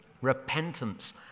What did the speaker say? Repentance